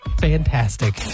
fantastic